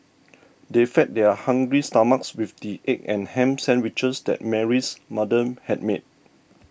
they fed their hungry stomachs with the egg and ham sandwiches that Mary's mother had made